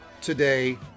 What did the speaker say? today